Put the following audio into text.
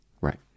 Right